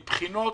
מבחינות,